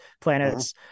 planets